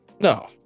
No